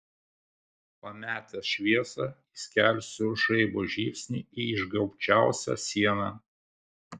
pametęs šviesą įskelsiu žaibo žybsnį į išgaubčiausią sieną